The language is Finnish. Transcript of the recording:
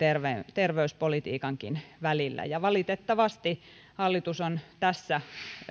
terveyspolitiikankin välillä ja valitettavasti hallitus on tässä